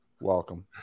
welcome